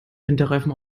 winterreifen